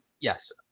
Yes